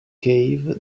cave